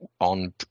on